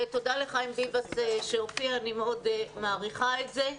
ותודה לחיים ביבס שהופיע, אני מאוד מעריכה את זה.